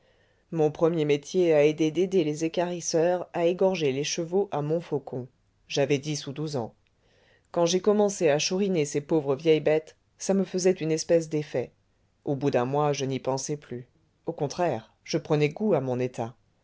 mon premier métier a été d'aider les équarisseurs à égorger les chevaux à montfaucon j'avais dix ou douze ans quand j'ai commencé à chouriner ces pauvres vieilles bêtes ça me faisait une espèce d'effet au bout d'un mois je n'y pensais plus au contraire je prenais goût à mon état